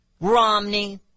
Romney